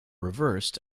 reversed